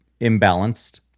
imbalanced